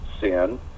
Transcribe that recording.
sin